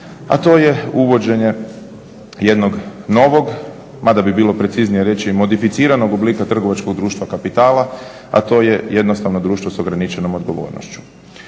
a to je uvođenje jednog novog, mada bi bilo preciznije reći i modificiranog oblika trgovačkog društva kapitala, a to je jednostavno društvo s ograničenom odgovornošću.